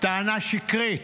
טענה שקרית,